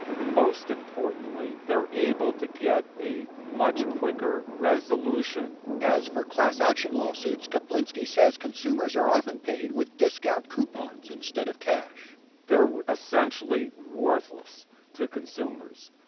most importantly, they're able to get a much quicker resolution as for class-action lawsuits, kaplinsky says consumers are often paid with discount coupons instead of cash they're essentially worthless to consumers.